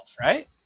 right